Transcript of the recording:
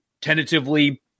Tentatively